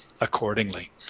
accordingly